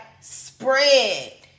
spread